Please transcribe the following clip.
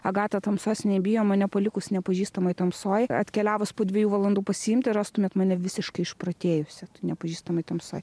agata tamsos nebijo mane palikus nepažįstamoj tamsoj atkeliavus po dviejų valandų pasiimti rastumėt mane visiškai išprotėjusią nepažįstamoj tamsoj